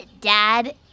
Dad